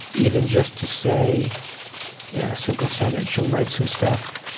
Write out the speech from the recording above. even just to say you know, a simple sentence, she'll write some stuff,